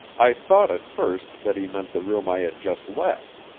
i thought at first that he meant the room i had just left.